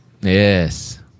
Yes